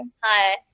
Hi